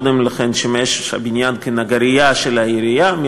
קודם לכן שימש הבניין כנגרייה של העירייה,